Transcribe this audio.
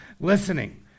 listening